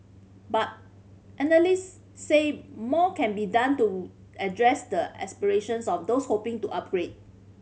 but analysts said more can be done to address the aspirations of those hoping to upgrade